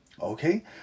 Okay